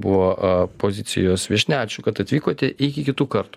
buvo pozicijos viešnia ačiū kad atvykote iki kitų kartų